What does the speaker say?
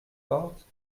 forte